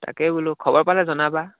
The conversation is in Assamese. তাকেই বোলো খবৰ পালে জনাবা